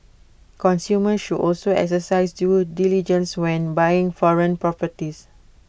consumers should also exercise due diligence when buying foreign properties